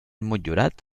motllurat